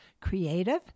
creative